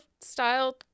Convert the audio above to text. style